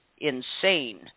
insane